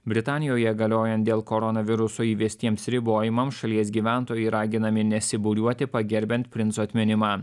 britanijoje galiojant dėl koronaviruso įvestiems ribojimams šalies gyventojai raginami nesibūriuoti pagerbiant princo atminimą